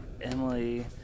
Emily